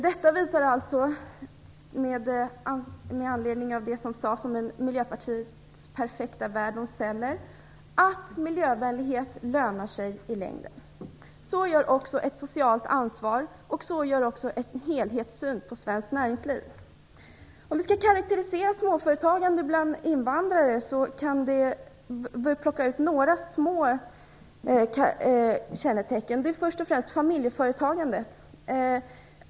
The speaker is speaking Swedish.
Detta visar alltså - apropå vad som sades om Miljöpartiets perfekta värld och celler - att miljövänlighet lönar sig i längden. Det gör också ett socialt ansvar, och det gör också en helhetssyn på svenskt näringsliv. Om vi skall karakterisera småföretagande bland invandrare kan vi plocka ut några små kännetecken. Ett sådant är att det rör sig om familjeföretagande.